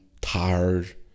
tired